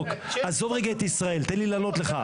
--- עזוב רגע את ישראל, תן לי לענות לך.